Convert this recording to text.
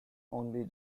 only